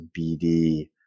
BD